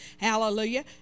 Hallelujah